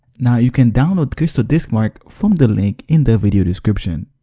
now you can download crystaldiskmark from the link in the video description.